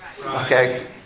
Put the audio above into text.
okay